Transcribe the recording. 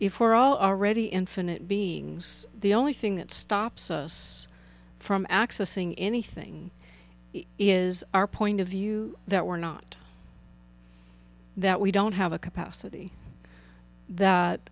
if we're all already infinite beings the only thing that stops us from accessing anything is our point of view that we're not that we don't have a capacity that